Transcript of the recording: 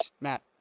Matt